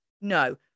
no